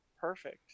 perfect